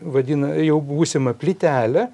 vadina jau būsimą plytelę